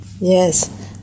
Yes